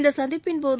இந்த சந்திப்பின்போது